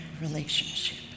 relationship